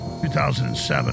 2007